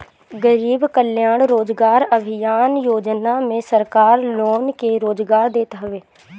गरीब कल्याण रोजगार अभियान योजना में सरकार लोग के रोजगार देत हवे